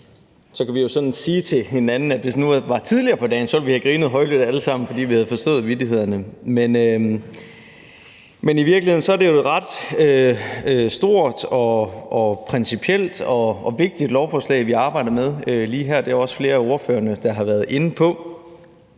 så kan vi jo sige til hinanden, at hvis det nu havde været tidligere på dagen, havde vi grinet højlydt alle sammen, fordi vi så havde forstået vittighederne. Men i virkeligheden er det jo et ret stort og principielt og vigtigt lovforslag, vi arbejder med lige her, og det er der også flere af ordførerne der har været inde på.